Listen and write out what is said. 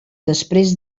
després